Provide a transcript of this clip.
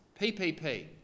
PPP